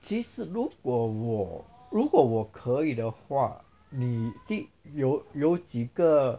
其实如果我如果我可以的话你几有有几个